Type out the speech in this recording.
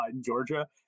Georgia